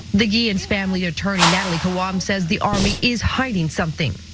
the guillen's family attorney natalie cohen says the army is hiding something.